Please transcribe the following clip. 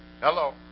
Hello